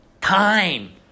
time